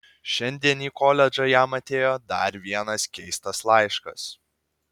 šiandien į koledžą jam atėjo dar vienas keistas laiškas